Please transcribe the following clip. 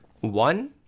One